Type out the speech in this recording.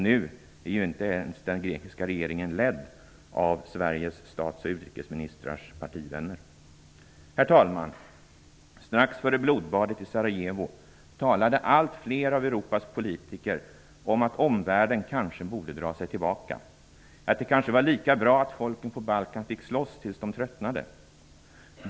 Nu leds ju inte ens den grekiska regeringen av partivänner till Sveriges statsoch utrikesministrar. Herr talman! Strax före blodbadet i Sarajevo talade allt fler av Europas politiker om att omvärlden kanske borde dra sig tillbaka och att det kanske var lika bra att folken på Balkan fick slåss tills de tröttnade.